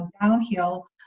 downhill